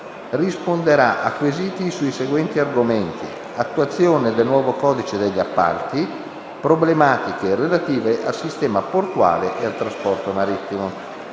risponderà a quesiti sui seguenti argomenti: attuazione del nuovo codice degli appalti; problematiche relative al sistema portuale e al trasporto marittimo.